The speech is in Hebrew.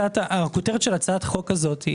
הכותרת של הצעת החוק הזו,